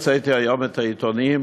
הוצאתי היום את העיתונים,